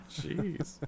Jeez